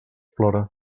plora